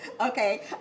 Okay